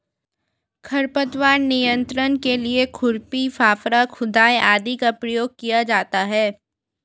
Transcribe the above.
खरपतवार नियंत्रण के लिए खुरपी, फावड़ा, खुदाई आदि का प्रयोग किया जाता है